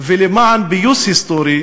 ולמען פיוס היסטורי,